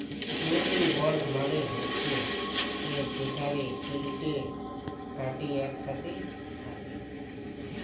surety bond মালে হছে যেখালে তিলটে পার্টি ইকসাথে থ্যাকে